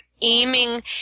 aiming